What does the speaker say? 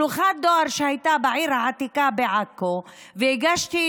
שלוחת דואר שהייתה בעיר העתיקה בעכו נסגרה.